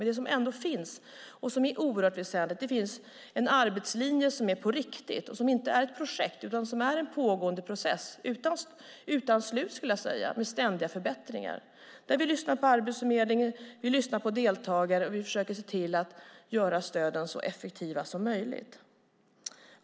Men det som ändå finns och som är oerhört väsentligt är en arbetslinje som är på riktigt och som inte är ett projekt utan en pågående process, utan slut, med ständiga förbättringar, där vi lyssnar på Arbetsförmedlingen och deltagare och försöker se till att göra stöden så effektiva som möjligt.